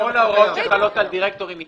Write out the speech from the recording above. כל ההוראות שחלות על דירקטורים מטעם רשות מקומית,